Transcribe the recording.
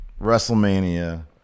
Wrestlemania